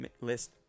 list